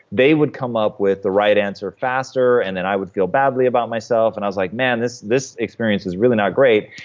they would come up with the right answer faster, and then i would feel badly about myself, and i was like man, this this experience is really not great.